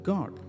God